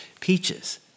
Peaches